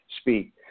speak